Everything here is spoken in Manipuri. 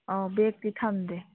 ꯑꯣ ꯕꯦꯛꯇꯤ ꯊꯝꯗꯦ